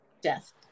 death